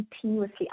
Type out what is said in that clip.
continuously